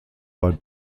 war